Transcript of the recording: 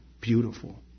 beautiful